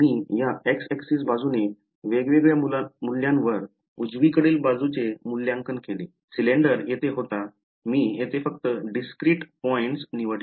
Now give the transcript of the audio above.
मी या y axis बाजूने वेगवेगळ्या मूल्यांवर उजवीकडील बाजूचे मूल्यांकन केले सिलेंडर येथे होता मी येथे फक्त discrete बिंदू निवडले